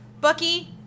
Bucky